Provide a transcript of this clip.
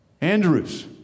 andrews